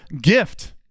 gift